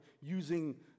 using